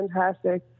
fantastic